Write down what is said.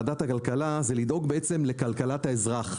ועדת הכלכלה - לדאוג לכלכלת האזרח,